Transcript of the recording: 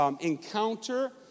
encounter